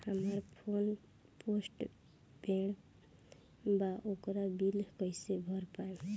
हमार phone postpaid बा ओकर बिल कईसे भर पाएम?